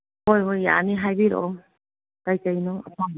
ꯍꯣꯏ ꯍꯣꯏ ꯌꯥꯅꯤ ꯍꯥꯏꯕꯤꯔꯛꯑꯣ ꯀꯩ ꯀꯩꯅꯣ ꯑꯄꯥꯝꯕ